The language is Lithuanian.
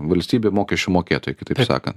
valstybė mokesčių mokėtojai kitaip sakant